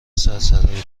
سرسرای